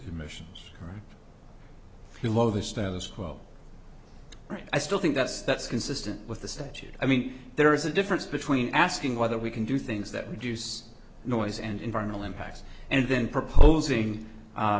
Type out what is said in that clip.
emissions below the status quo right i still think that's that's consistent with the statute i mean there is a difference between asking whether we can do things that would use noise and environmental impacts and then proposing